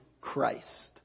Christ